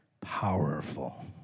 powerful